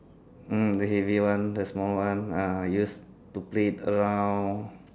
mm the heavy one the small one ah I use to play it around